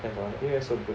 have ah N_U_S so good